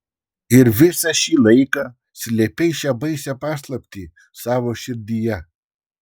ir visą šį laiką slėpei šią baisią paslaptį savo širdyje